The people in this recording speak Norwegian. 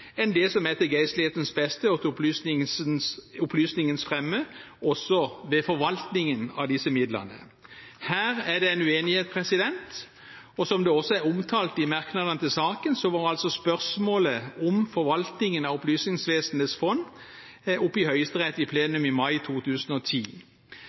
enn det som er til geistlighetens beste og til opplysningens fremme, også ved forvaltningen av disse midlene. Her er det en uenighet, og som det også er omtalt i merknadene til saken, var spørsmålet om forvaltningen av Opplysningsvesenets fond oppe i Høyesterett i